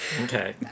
Okay